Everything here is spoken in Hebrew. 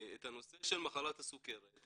את הנושא של מחלת הסוכרת,